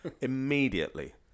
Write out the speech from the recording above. immediately